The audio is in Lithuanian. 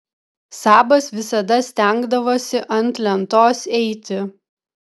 sabas visada stengdavosi ant lentos eiti